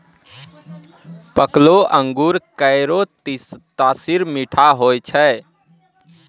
पकलो अंगूर केरो तासीर मीठा होय छै